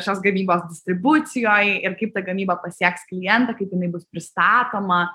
šios gamybos distribucijoj ir kaip ta gamyba pasieks klientą kaip jinai bus pristatoma